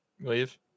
leave